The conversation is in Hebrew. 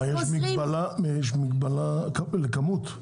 יש מגבלה לכמות.